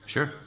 Sure